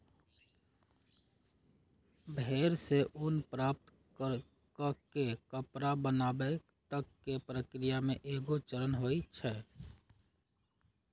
भेड़ से ऊन प्राप्त कऽ के कपड़ा बनाबे तक के प्रक्रिया में कएगो चरण होइ छइ